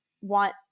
want